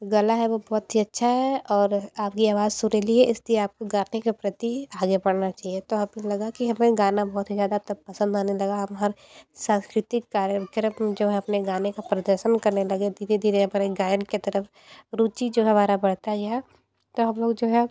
गला है वह बहुत ही अच्छा है और आपकी आवाज़ सुरीली है इसलिए आपको गाने के प्रति आगे बढ़ना चाहिए तो आप लगा कि हमें गाना बहुत ही ज़्यादा तब पसंद आने लगा आप हर सांस्कृतिक कार्यक्रम जो अपने गाने का प्रदर्शन करने लगे धीरे धीरे अपने गायन की तरफ रुचि जो हमारा बढ़ता गया है तो हम लोग जो है